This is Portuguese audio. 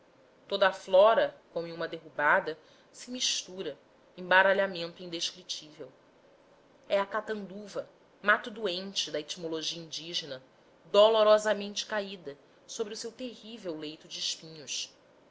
toda a flora como em uma derrubada se mistura em baralhamento indescritível é a caatanduva mato doente da etimologia indígena dolorosamente caída sobre o seu terrível leito de espinhos